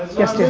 yes, yeah